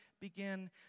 begin